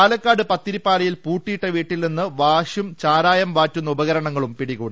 പാലക്കാട് പത്തിരിപ്പാലയിൽ പൂട്ടിയിട്ട വീട്ടിൽ നിന്നും വാഷും ചാരായം വാറ്റുന്ന ഉപകരണങ്ങളും പിടികൂടി